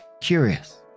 Curious